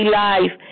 life